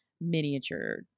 miniature